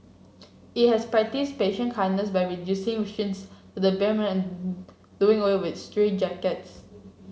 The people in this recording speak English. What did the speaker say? it has practised patient kindness by reducing restraints to the bare and doing away with straitjackets